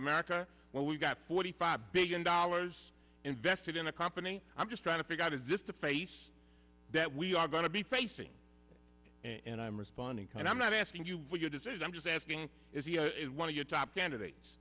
america when we've got forty five billion dollars invested in a company i'm just trying to figure out is this the face that we are going to be facing and i'm responding kind i'm not asking you for your decision i'm just asking if you know one of your top candidates